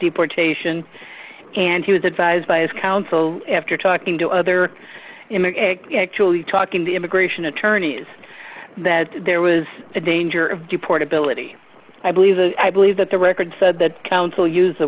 deportation and he was advised by his counsel after talking to other actually talking the immigration attorneys that there was a danger of de portability i believe i believe that the record said that counsel used the